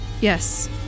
Yes